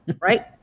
right